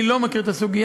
אני לא מכיר את הסוגיה.